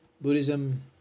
Buddhism